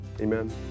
amen